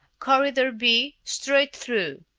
corridor b, straight through.